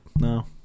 no